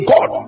God